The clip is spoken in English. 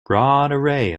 array